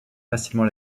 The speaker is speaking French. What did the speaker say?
facilement